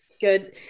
good